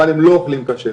אבל הם לא אוכלים כשר,